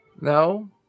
No